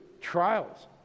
trials